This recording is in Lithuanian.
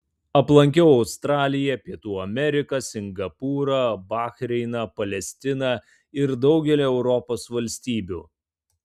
aplankiau australiją pietų ameriką singapūrą bahreiną palestiną ir daugelį europos valstybių